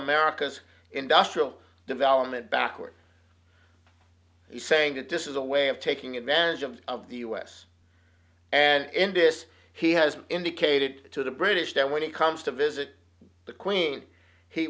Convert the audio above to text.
america's industrial development backward saying that this is a way of taking advantage of of the u s and in this he has indicated to the british that when he comes to visit the queen he